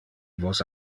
vos